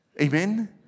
Amen